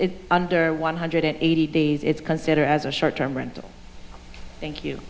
it's under one hundred eighty days it's considered as a short term rental thank you